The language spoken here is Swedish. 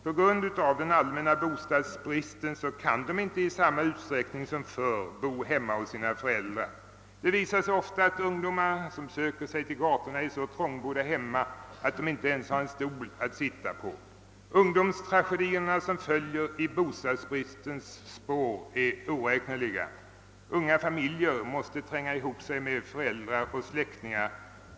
På grund av den allmänna bostadsbristen kan ungdomarna inte i samma utsträckning som förr bo hemma hos sina föräldrar. Det visar sig ofta att de ungdomar som söker sig till gatorna är så trångbodda hemma att de inte ens har en stol att sitta på. De ungdomstragedier som följer i bostadsbristens spår är oräkneliga. Unga familjer måste tränga ihop sig med föräldrar och släktingar.